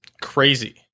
crazy